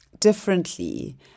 Differently